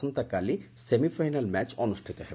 ଆସନ୍ତାକାଲି ସେମିଫାଇନାଲ୍ରେ ମ୍ୟାଚ୍ ଅନୁଷ୍ଠିତ ହେବ